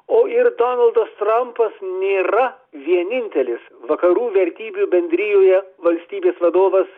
o ir donaldas trampas nėra vienintelis vakarų vertybių bendrijoje valstybės vadovas